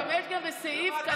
כרגע מציעים את הצעה הזו.